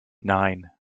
nine